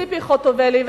ציפי חוטובלי,